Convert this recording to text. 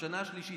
ובשנה השלישית,